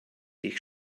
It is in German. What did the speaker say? dich